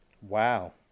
Wow